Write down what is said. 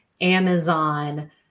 Amazon